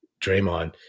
Draymond